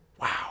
wow